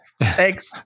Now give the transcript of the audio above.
Thanks